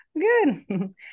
Good